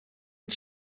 mit